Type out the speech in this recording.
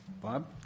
Bob